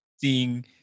seeing